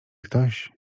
ktoś